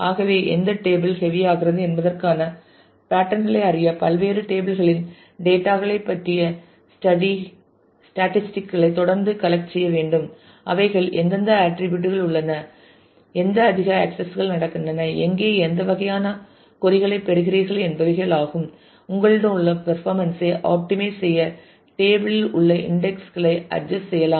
ஆகவே எந்த table heavy ஆகிறது என்பதற்கான பேட்டன் களை அறிய பல்வேறு டேபிள் களின் டேட்டா களைப் பற்றிய ஸ்டேட்டிஸ்டிக் களை தொடர்ந்து கலெக்ட் செய்ய வேண்டும் அவைகள் எந்தெந்த ஆட்டிரிபியூட் கள் உள்ளன எந்த அதிக ஆக்சஸ் கள் நடக்கின்றன எங்கே எந்த வகையான கொறி களைப் பெறுகிறீர்கள் என்பவைகள் ஆகும் உங்களிடம் உள்ள பர்ஃபாமென்ஸ் ஐ ஆப்டிமைஸ் செய்ய டேபிள் யில் உள்ள இன்டெக்ஸ்களை அட்ஜஸ்ட் செய்யலாம்